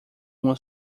uma